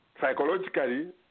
Psychologically